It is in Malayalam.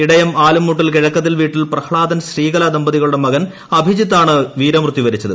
ഇടയം ആലുംമൂട്ടിൽ കിഴക്കതിൽ വീട്ടിൽ പ്രഹ്ളാദൻ ശ്രീകല ദമ്പതികളുടെ മകൻ അഭിജിത്താണ് വീരമൃത്യു വരിച്ചത്